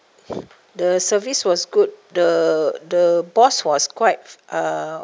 the service was good the the boss was quite uh